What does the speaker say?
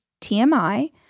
TMI